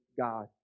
God